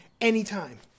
anytime